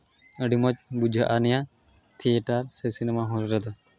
ᱟᱹᱰᱤ ᱢᱚᱡᱽ ᱵᱩᱡᱷᱟᱹᱜᱼᱟ ᱱᱤᱭᱟᱹ ᱛᱷᱤᱭᱮᱴᱟᱨ ᱥᱮ ᱥᱤᱱᱮᱢᱟ ᱦᱚᱞ ᱨᱮᱫᱚ